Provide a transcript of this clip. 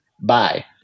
Bye